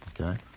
okay